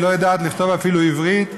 היא לא יודעת לכתוב אפילו עברית,